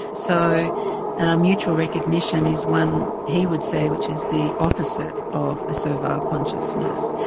so mutual recognition is one he would say which is the opposite of a servile consciousness,